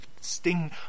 sting